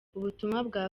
ubutumwa